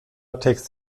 text